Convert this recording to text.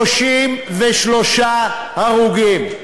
33 הרוגים,